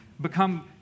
become